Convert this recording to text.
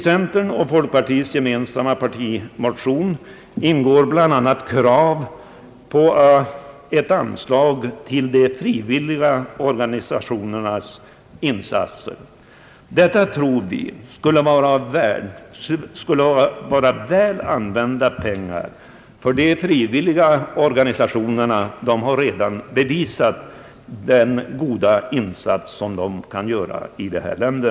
I centerns och folkpartiets gemensamma partimotion ingår bl.a. krav på ett anslag till de frivilliga organisationernas insatser. Detta tror vi skulle vara väl använda pengar, ty de frivilliga organisationerna har redan bevisat att de kan göra goda insatser i dessa länder.